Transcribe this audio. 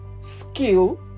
skill